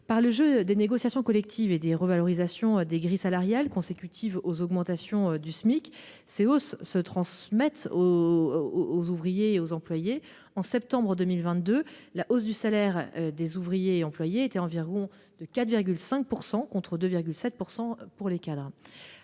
Par le jeu des négociations collectives et des revalorisations des grilles salariales consécutives aux augmentations du Smic, les hausses se transmettent aux ouvriers et aux employés. En septembre 2022, la hausse de salaire des ouvriers et employés était d'environ 4,5 %, contre 2,7 % pour les cadres.